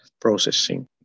processing